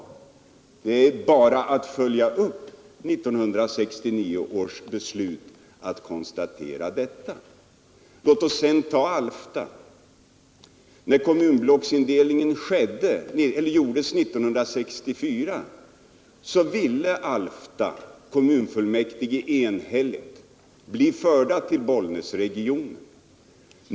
Att konstatera detta är bara att följa upp 1969 års beslut. Låt oss sedan ta Alfta. När kommunblocksindelningen genomfördes 1963 uttalade sig Alfta kommun för att kommunen skulle bli förd till Bollnäsregionen.